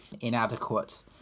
Inadequate